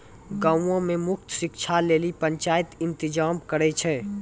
गांवो मे मुफ्त शिक्षा लेली पंचायत इंतजाम करै छै